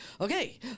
okay